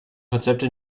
konzepte